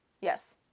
Yes